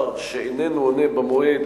גיסא נקבע ששר שאיננו עונה במועד